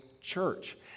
church